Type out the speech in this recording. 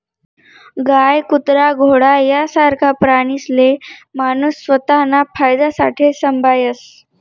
गाय, कुत्रा, घोडा यासारखा प्राणीसले माणूस स्वताना फायदासाठे संभायस